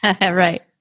Right